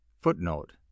Footnote